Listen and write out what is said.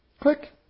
Click